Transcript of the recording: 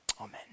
Amen